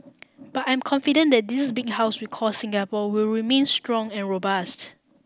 but I'm confident that this big house we call Singapore will remain strong and robust